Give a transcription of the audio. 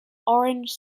orange